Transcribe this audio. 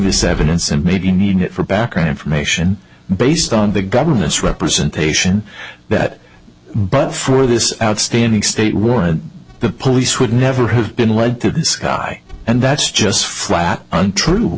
this evidence and maybe for background information based on the government's representation that but for this outstanding state warrant the police would never have been like the sky and that's just flat untrue